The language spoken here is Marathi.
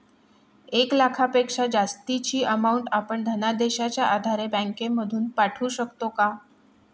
एक लाखापेक्षा जास्तची अमाउंट आपण धनादेशच्या आधारे बँक मधून पाठवू शकतो का?